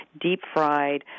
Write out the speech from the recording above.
deep-fried